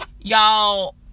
Y'all